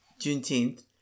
Juneteenth